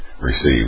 receive